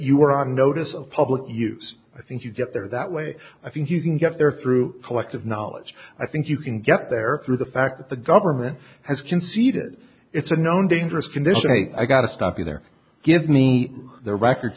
you are on notice of public use i think you get there that way i think you can get there through collective knowledge i think you can get there through the fact that the government has conceded it's a known dangerous condition i gotta stop you there give me the record